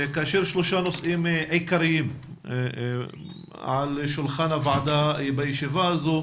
כאשר יש שלושה נושאים עיקריים על שולחן הוועדה בישיבה הזאת,